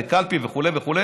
באיזו קלפי וכו'.